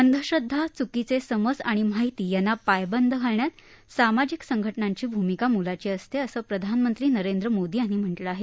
अंधश्रद्धा च्कीचे समज आणि माहिती यांना पायबंद घालण्यात सामाजिक संघटनांची भूमिका मोलाची असते असं प्रधानमंत्री नरेंद्र मोदी यांनी म्हटलं आहे